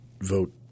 vote